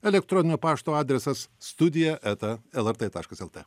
elektroninio pašto adresas studija eta lrt taškas lt